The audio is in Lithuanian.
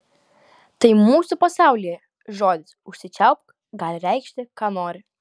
tai mūsų pasaulyje žodis užsičiaupk gali reikšti ką nori